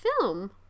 film